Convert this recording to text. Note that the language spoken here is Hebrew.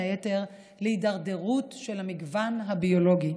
היתר להידרדרות של המגוון הביולוגי.